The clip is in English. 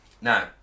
now